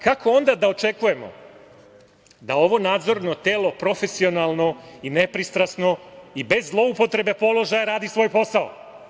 Kako onda da očekujemo da ovo nadzorno telo profesionalno i nepristrasno i bez zloupotrebe položaja radi svoj posao?